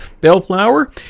Bellflower